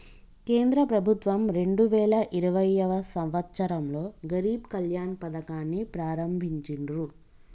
కేంద్ర ప్రభుత్వం రెండు వేల ఇరవైయవ సంవచ్చరంలో గరీబ్ కళ్యాణ్ పథకాన్ని ప్రారంభించిర్రు